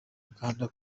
uganda